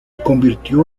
convirtió